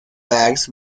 bags